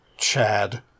Chad